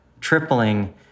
tripling